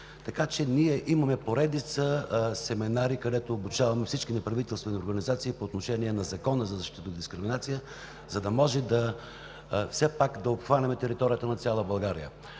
Така че ние имаме поредица семинари, където обучаваме всички неправителствени организации по отношение на Закона за защита от дискриминация, за да може все пак да обхванем територията на цяла България.